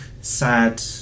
sad